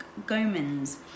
Gomans